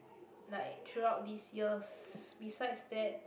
like throughout this years besides that